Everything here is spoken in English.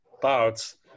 parts